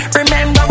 remember